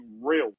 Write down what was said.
real